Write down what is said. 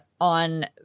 on